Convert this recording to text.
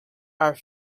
are